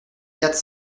quatre